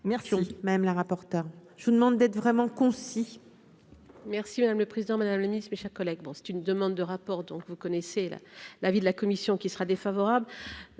Merci, même la rapportant je vous demande d'être vraiment concis.